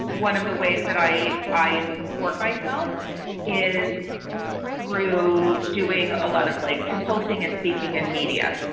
one of the ways that i i support myself is through doing a lot of like consulting and speaking in media.